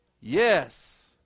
Yes